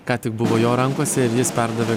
ką tik buvo jo rankose ir jis perdavė